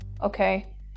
Okay